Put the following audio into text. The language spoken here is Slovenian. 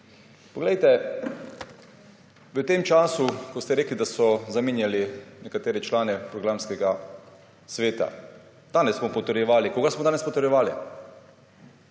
zavod. V tem času, ko ste rekli, da so zamenjali nekatere člane programskega sveta. Danes smo potrjevali − koga smo danes potrjevali?